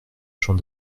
champ